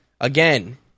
again